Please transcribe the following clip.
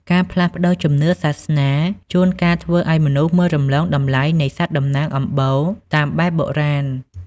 ការផ្លាស់ប្តូរជំនឿសាសនា ជួនកាលធ្វើឱ្យមនុស្សមើលរំលងតម្លៃនៃសត្វតំណាងអំបូរតាមបែបបុរាណ។